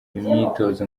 imyitozo